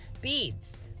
Beads